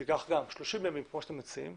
שתיקח 30 ימים לפני שאתם מציעים,